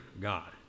God